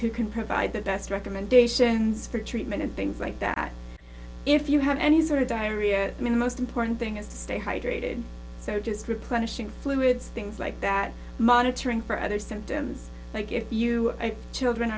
who can provide the best recommendations for treatment and things like that if you have any sort of diarrhea i mean the most important thing is to stay hydrated so just replenishing fluids things like that monitoring for other symptoms like if you children